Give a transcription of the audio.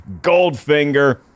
Goldfinger